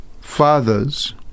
fathers